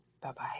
Bye-bye